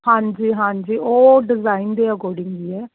ਹਾਂਜੀ ਹਾਂਜੀ ਉਹ ਡਿਜ਼ਾਇਨ ਦੇ ਅਕੋਰਡਿੰਗ ਹੀ ਹੈ